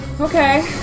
Okay